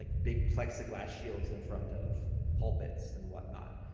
like big plexiglass shields in front of pulpits and whatnot.